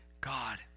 God